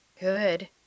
Good